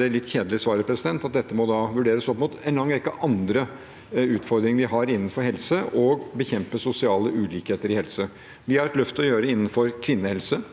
Det litt kjedelige svaret er at dette må vurderes opp mot en lang rekke andre utfordringer vi har innenfor helse og å bekjempe sosiale ulikheter i helse. Vi har et løft vi skal gjøre innenfor kvinnehelse,